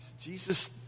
Jesus